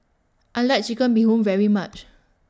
I like Chicken Bee Hoon very much